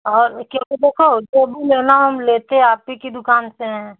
और क्योंकि देखो जो भी लेना है हम लेते आप ही की दुकान से हैं